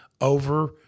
over